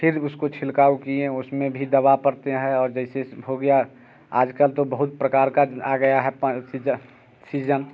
फिर उसको छिड़काव किएँ उसमें भी दवा परते हैं और जैसे हो गया आजकल तो बहुत प्रकार का आ गया है सीजन